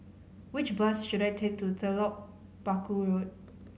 which bus should I take to Telok Paku Road